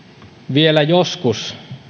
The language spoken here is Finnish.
vielä joskus